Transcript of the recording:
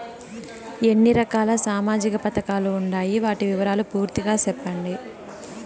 ఎన్ని రకాల సామాజిక పథకాలు ఉండాయి? వాటి వివరాలు పూర్తిగా సెప్పండి?